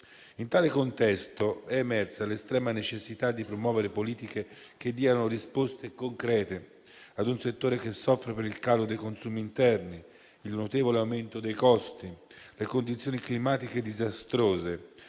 In tale contesto, è emersa l'estrema necessità di promuovere politiche che diano risposte concrete ad un settore che soffre per il calo dei consumi interni, il notevole aumento dei costi, le condizioni climatiche disastrose,